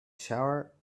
shower